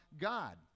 god